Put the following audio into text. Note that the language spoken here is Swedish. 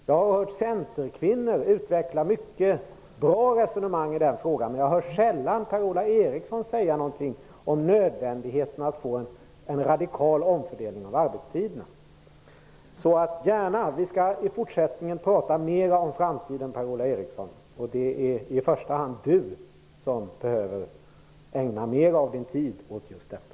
Jag har hört centerkvinnor utveckla mycket bra resonemang i den frågan, men jag hör sällan Per-Ola Eriksson säga någonting om nödvändigheten av att få en radikal omfördelning av arbetstiderna. Vi skall gärna prata mer om framtiden i fortsättningen, Per-Ola Eriksson. Det är i första hand Per-Ola Eriksson som behöver ägna mer av sin tid åt just detta.